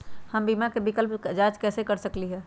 हम बीमा विकल्प के जाँच कैसे कर सकली ह?